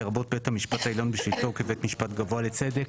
לרבות בית המשפט העליון בשבתו כבית משפט גבוה לצדק,